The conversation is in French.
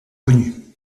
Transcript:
connus